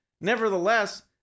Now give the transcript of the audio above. Nevertheless